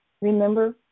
Remember